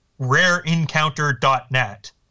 rareencounter.net